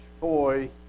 boy